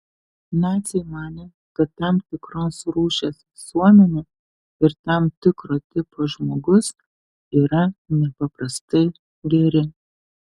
naciai manė kad tam tikros rūšies visuomenė ir tam tikro tipo žmogus yra nepaprastai geri